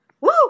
Woo